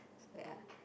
so yeah